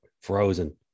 frozen